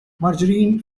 margarine